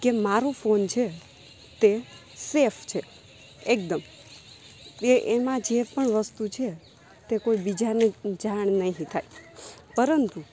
કે મારો ફોન છે તે સેફ છે એકદમ એ એમાં જે પણ વસ્તુ છે તે કોઈ બીજાને જાણ નહીં થાય પરંતુ